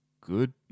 good